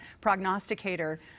prognosticator